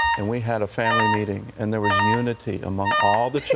and we had a family meeting, and there was unity among all the